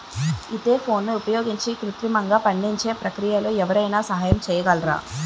ఈథెఫోన్ని ఉపయోగించి కృత్రిమంగా పండించే ప్రక్రియలో ఎవరైనా సహాయం చేయగలరా?